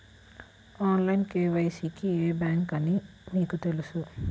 Online KYC కి ఏ bank అని మీకు తెలుసా?